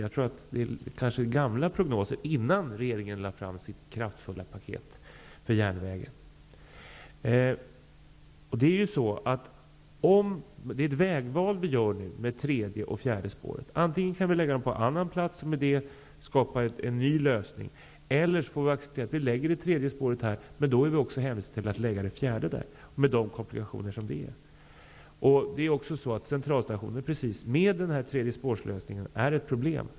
Jag tror att det gäller gamla prognoser från tiden innan regeringen lade fram sitt kraftfulla paket för järnvägen. Det är ett vägval vi gör nu när det gäller det tredje och det fjärde spåret. Antingen kan de läggas på en annan plats, och därmed skapas en ny lösning, eller också får vi acceptera att det tredje spåret läggs som det sägs här. Men då är vi hänvisade att också lägga det fjärde spåret på samma ställe, med de komplikationer som det ger. Med lösningen med ett tredje spår är Centralstationen ett problem.